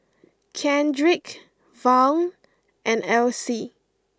Kendrick Vaughn and Alcee